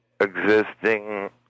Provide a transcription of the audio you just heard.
existing